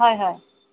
হয় হয়